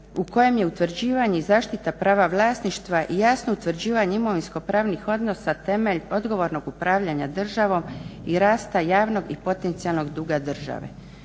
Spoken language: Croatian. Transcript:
u kojem je utvrđivanje i zaštita prava vlasništva i jasno utvrđivanje imovinsko-pravnih odnosa temelj odgovornog upravljanja državom i rasta javnog i potencijalnog duga države.